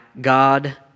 God